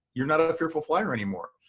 you're not a fearful flyer anymore.